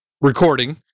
recording